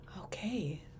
Okay